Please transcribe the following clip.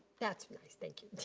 that's thank you.